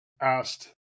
asked